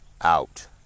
out